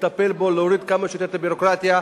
לטפל בו ולהוריד כמה שיותר את הביורוקרטיה,